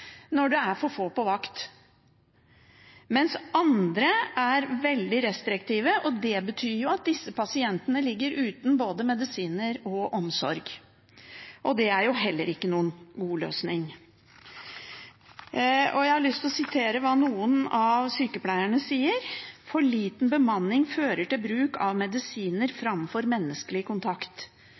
når det er for få på vakt – mens andre er veldig restriktive. Det betyr at disse pasientene ligger uten både medisiner og omsorg, og det er heller ikke noen god løsning. Jeg har lyst til å sitere hva noen av sykepleierne sier: «For liten bemanning fører til bruk av medisiner fremfor menneskelig kontakt.